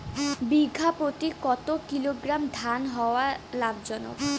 বিঘা প্রতি কতো কিলোগ্রাম ধান হওয়া লাভজনক?